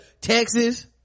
texas